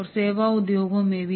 और सेवा उद्योगों में भी